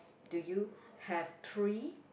do you have three